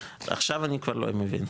עכשיו אני כבר לא מבין.